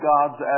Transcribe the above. God's